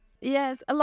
Yes